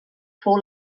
fou